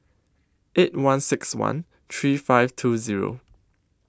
eight one six one three five two Zero